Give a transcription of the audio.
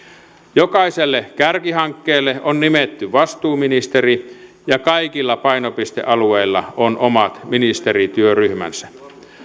jokaiselle kärkihankkeelle on nimetty vastuuministeri ja kaikilla painopistealueilla on omat ministerityöryhmänsä